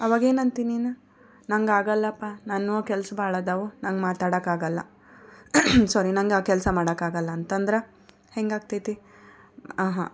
ಆವಾಗ ಏನು ಅಂತಿ ನೀನು ನಂಗೆ ಆಗೋಲ್ಲಪ್ಪ ನನ್ನೂ ಕೆಲ್ಸ ಭಾಳ ಅದಾವು ನಂಗೆ ಮಾತಾಡೋಕೆ ಆಗೋಲ್ಲ ಸಾರಿ ನಂಗೆ ಆ ಕೆಲಸ ಮಾಡೋಕೆ ಆಗೋಲ್ಲ ಅಂತ ಅಂದ್ರೆ ಹೆಂಗೆ ಆಗ್ತೈತಿ ಆಹ